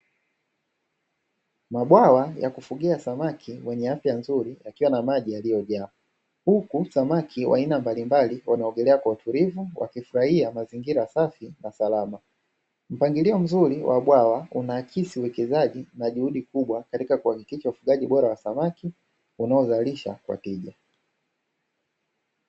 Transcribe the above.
Mabwawa ya kufugia samaki wenye afya mzuri pakiwa na maji yaliyojaa, huku samaki wa aina mbalimbali wanaogelea kwa utulivu wakifurahia mazingira safi na salama. Mpangilio mzuri wa bwawa unaakisi uwekezaji na juhudi kubwa katika kuhakikisha ufugaji bora wa samaki unaozalisha kwa tija.